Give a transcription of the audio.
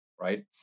Right